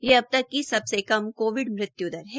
यह अब तक की सबसे कम कोविड मृत्य् दर है